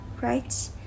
right